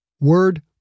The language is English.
Word